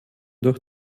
durch